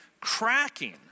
cracking